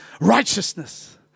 righteousness